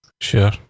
Sure